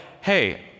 hey